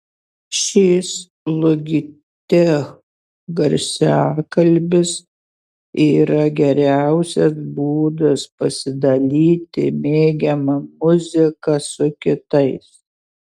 šis logitech garsiakalbis yra geriausias būdas pasidalyti mėgiama muzika su kitais